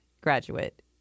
graduate